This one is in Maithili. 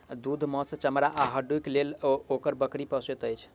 दूध, मौस, चमड़ा आ हड्डीक लेल लोक बकरी पोसैत अछि